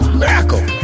miracle